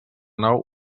nou